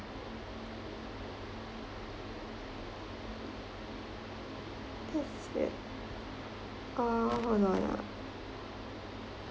that's it uh hold on ah